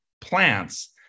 plants